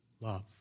love